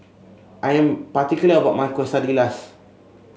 I am particular about my Quesadillas